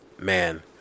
man